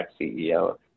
CEO